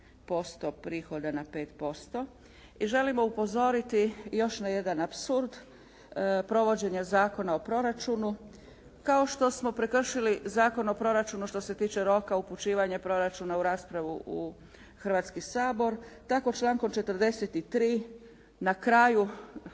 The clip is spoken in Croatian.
I želimo upozoriti još na jedan apsurd, provođenje Zakona o proračunu. Kao što smo prekršili Zakon o proračunu što se tiče roka, upućivanje proračuna u raspravu u Hrvatski sabor, tako člankom 43. na kraju primjene